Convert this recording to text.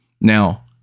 Now